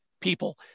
people